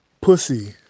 pussy